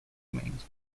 remains